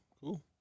Cool